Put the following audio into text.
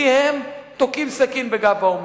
כי הם תוקעים סכין בגב האומה.